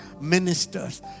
ministers